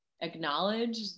acknowledge